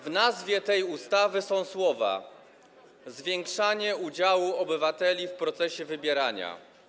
W nazwie tej ustawy są słowa: zwiększanie udziału obywateli w procesie wybierania.